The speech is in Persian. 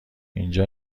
اینجا